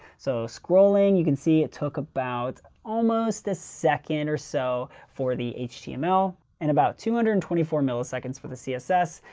so scrolling, you can see it took about almost a second or so for the html and about two hundred and twenty four milliseconds for the css.